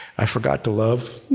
i forgot to love.